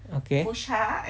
okay